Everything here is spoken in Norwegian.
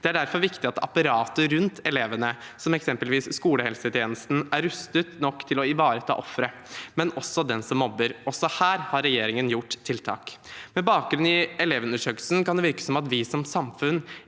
Det er derfor viktig at apparatet rundt elevene, som eksempelvis skolehelsetjenesten, er rustet nok til å ivareta ofrene, men også den som mobber. Også her har regjeringen kommet med tiltak. Med bakgrunn i Elevundersøkelsen kan det virke som om vi som samfunn